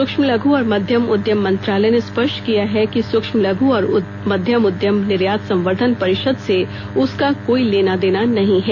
सूक्ष्म लघ् और मध्यम उद्यम मंत्रालय ने स्पष्ट किया है कि सूक्ष्म लघ् और मध्यम उद्यम निर्यात संवर्द्धन परिषद से उसका कोई लेना देना नहीं है